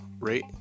rate